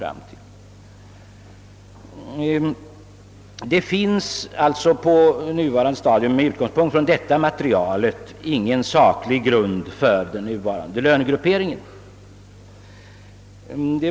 På nuvarande stadium finns det alltså med utgångspunkt från detta material ingen saklig grund för den nuvarande Jlönegrupperingen.